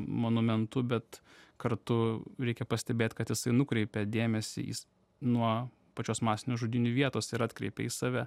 monumentu bet kartu reikia pastebėt kad jisai nukreipė dėmesį į s nuo pačios masinių žudynių vietos ir atkreipė į save